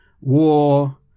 war